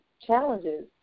challenges